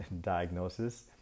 diagnosis